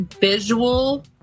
visual